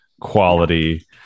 quality